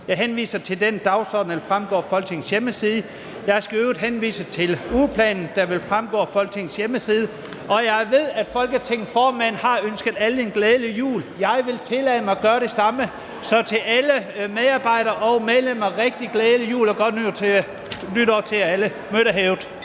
Jeg henviser til den dagsorden, der vil fremgå af Folketingets hjemmeside. Jeg skal i øvrigt henvise til ugeplanen, der vil fremgå af Folketingets hjemmeside. Jeg ved, at Folketingets formand har ønsket alle en glædelig jul. Jeg vil tillade mig at gøre det samme, så til alle medarbejdere og medlemmer vil jeg sige: Rigtig glædelig jul og godt nytår til jer alle! Mødet er hævet.